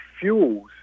fuels